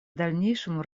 дальнейшему